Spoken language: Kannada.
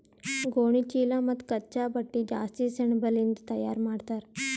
ಗೋಣಿಚೀಲಾ ಮತ್ತ್ ಕಚ್ಚಾ ಬಟ್ಟಿ ಜಾಸ್ತಿ ಸೆಣಬಲಿಂದ್ ತಯಾರ್ ಮಾಡ್ತರ್